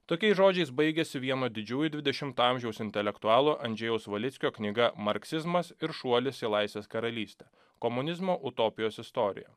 tokiais žodžiais baigiasi vieno didžiųjų dvidešimto amžiaus intelektualo andžejaus valickio knyga marksizmas ir šuolis į laisvės karalystę komunizmo utopijos istorija